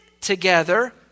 together